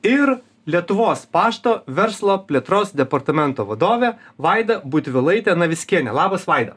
ir lietuvos pašto verslo plėtros departamento vadovė vaida butvilaitė navickienė labas vaida